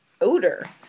odor